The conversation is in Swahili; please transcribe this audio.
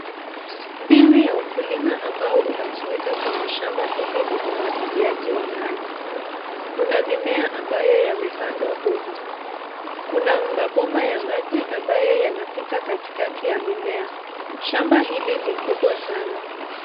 Mbinu ya ukulima ambao unatumika kwenye shamba hili ni umwagiliaji wa maji. Kuna mimea ambayo yamepandwa humu. Kuna mabomba ya maji ambayo yanapita katikati ya mimea. Shamba hili ni kubwa sana.